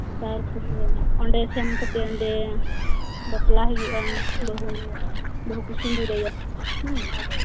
ᱛᱟᱨ ᱯᱚᱨᱮᱱᱟᱜ ᱚᱸᱰᱮ ᱥᱮᱱ ᱠᱟᱛᱮᱫ ᱚᱸᱰᱮ ᱵᱟᱯᱞᱟᱦᱩᱭᱩᱜᱼᱟ ᱵᱟᱹᱦᱩ ᱵᱟᱹᱦᱩ ᱠᱚ ᱥᱤᱸᱫᱩᱨᱟᱭᱟ ᱦᱮᱸ